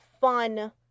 fun